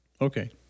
Okay